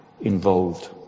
involved